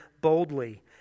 boldly